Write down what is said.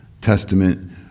Testament